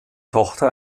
tochter